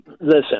listen